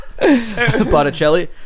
Botticelli